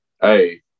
Hey